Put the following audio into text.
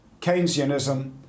Keynesianism